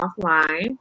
offline